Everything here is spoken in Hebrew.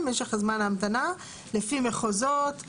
משך זמן ההמתנה לפי מחוזות,